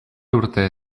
urte